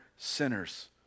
Sinners